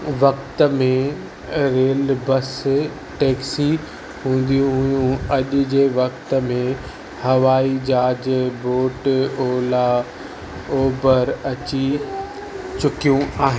वक़्तु में रेल बसि टैक्सी हूंदियूं हुयूं अॼु जे वक़्तु में हवाई जहाज़ बोट ओला उबर अची चुकियूं आहिनि